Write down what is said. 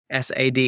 SAD